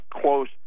close